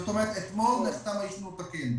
זאת אומרת, אתמול נחתם אישור ניהול תקין.